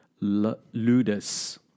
ludus